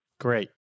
Great